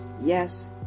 yes